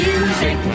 Music